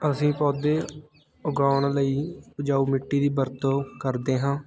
ਅਸੀਂ ਪੌਦੇ ਉਗਾਉਣ ਲਈ ਉਪਜਾਊ ਮਿੱਟੀ ਦੀ ਵਰਤੋਂ ਕਰਦੇ ਹਾਂ